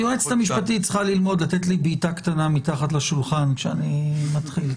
היועצת המשפטית צריכה ללמוד לתת לי בעיטה קטנה מתחת לשולחן כשאני מתחיל.